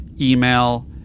email